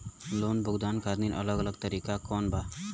Loan भुगतान खातिर अलग अलग तरीका कौन बा?